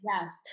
Yes